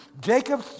Jacob